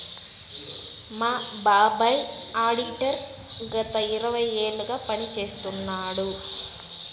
మా బాబాయ్ ఆడిటర్ గత ఇరవై ఏళ్లుగా పని చేస్తున్నాడు